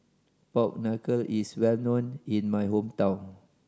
pork knuckle is well known in my hometown